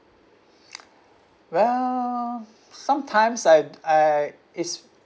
well sometimes I I it's